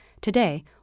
Today